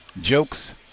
jokes